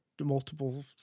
multiple